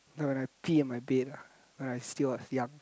when I pee on my bed ah when I still was young